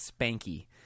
spanky